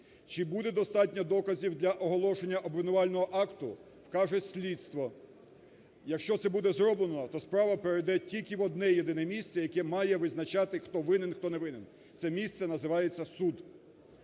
Чи буде достатньо доказів для оголошення обвинувального акту, вкаже слідство. Якщо це буде зроблено, то справа перейде тільки в одне-єдине місце, яке має визначати, хто винен, хто не винен. Це місце називається суд.